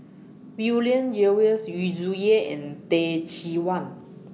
William Jervois Yu Zhuye and Teh Cheang Wan